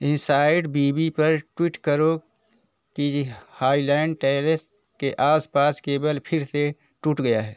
insight B B पर tweet करो कि हाइलैंड टेरेस के आस पास केबल फिर से टूट गया है